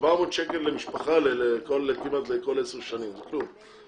זה 400 שקל למשפחה לכמעט כל 10 שנים, זה כלום.